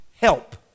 help